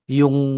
yung